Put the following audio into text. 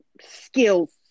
skills